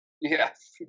Yes